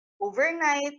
Overnight